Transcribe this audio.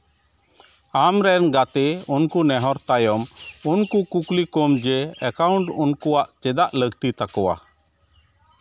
ᱟᱢᱨᱮᱱ ᱜᱟᱛᱮ ᱩᱱᱠᱩ ᱱᱮᱦᱚᱨ ᱛᱟᱭᱚᱢ ᱩᱱᱠᱩ ᱠᱩᱠᱞᱤ ᱠᱚᱢ ᱡᱮ ᱮᱠᱟᱣᱩᱱᱴ ᱩᱱᱠᱩᱣᱟᱜ ᱪᱮᱫᱟᱜ ᱞᱟᱹᱠᱛᱤ ᱛᱟᱠᱚᱣᱟ